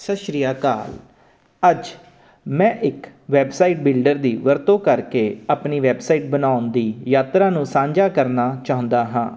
ਸਤਿ ਸ਼੍ਰੀ ਅਕਾਲ ਅੱਜ ਮੈਂ ਇੱਕ ਵੈਬਸਾਈਟ ਬਿਲਡਰ ਦੀ ਵਰਤੋਂ ਕਰਕੇ ਆਪਣੀ ਵੈਬਸਾਈਟ ਬਣਾਉਣ ਦੀ ਯਾਤਰਾ ਨੂੰ ਸਾਂਝਾ ਕਰਨਾ ਚਾਹੁੰਦਾ ਹਾਂ